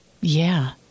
Yeah